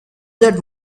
that